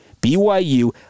BYU